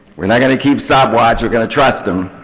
we're not going to keep stop watch. we're going to trust them.